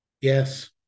Yes